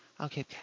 Okay